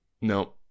No